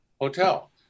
hotel